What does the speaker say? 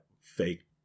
fake